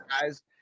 guys